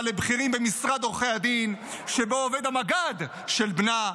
לבכירים במשרד עורכי הדין שבו עובד המג"ד של בנה,